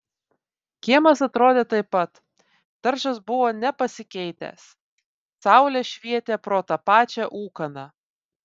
kiemas atrodė taip pat daržas buvo nepasikeitęs saulė švietė pro tą pačią ūkaną